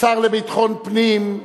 השר לביטחון פנים,